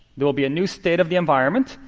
there will be a new state of the environment,